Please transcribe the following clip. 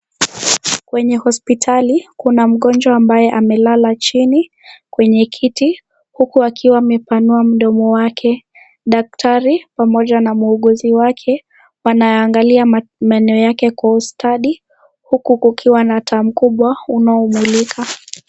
Kwenye hospitali kuna mgonjwa ambaye amelala chini kwenye kiti huku akiwa amepanua mdomo wake . Daktari pamoja na muuguzi wake wanayaangalia meno yake kwa usatdi huku kukiwa na taa mkubwa unaomulika.